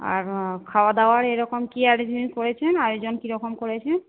আর খাওয়া দাওয়ার এরকম কি অ্যারেঞ্জমেন্ট করেছেন আয়োজন কিরকম করেছেন